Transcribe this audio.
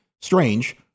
strange